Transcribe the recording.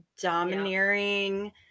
domineering